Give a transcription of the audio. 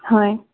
হয়